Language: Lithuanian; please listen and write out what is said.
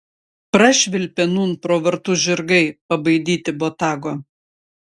prašvilpė nūn pro vartus žirgai pabaidyti botago